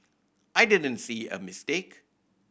I didn't see a mistake